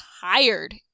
tired